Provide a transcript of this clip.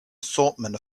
assortment